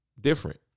different